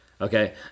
Okay